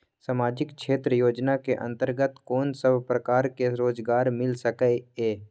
सामाजिक क्षेत्र योजना के अंतर्गत कोन सब प्रकार के रोजगार मिल सके ये?